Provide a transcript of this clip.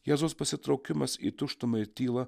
jėzaus pasitraukimas į tuštumą ir tyla